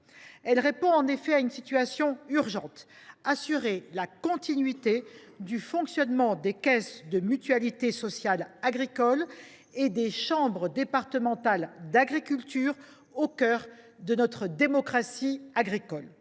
à répondre à une situation urgente : assurer la continuité du fonctionnement des caisses de mutualité sociale agricole et des chambres départementales d’agriculture, qui sont le cœur de notre démocratie agricole.